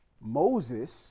Moses